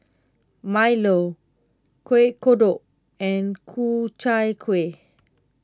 Milo Kuih Kodok and Ku Chai Kuih